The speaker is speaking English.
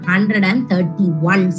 131